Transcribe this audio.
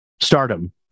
stardom